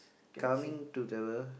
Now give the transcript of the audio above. coming to the